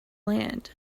land